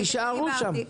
תישארו שם.